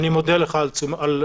אני מודה לך על הזמן.